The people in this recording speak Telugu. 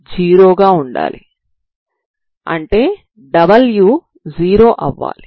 0 గా ఉండాలి అంటే w 0 అవ్వాలి